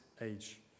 age